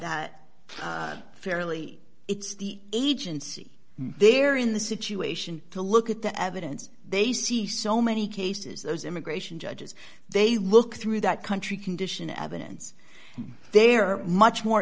fairly it's the agency they're in the situation to look at the evidence they see so many cases those immigration judges they look through that country condition evidence they're much more